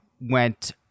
went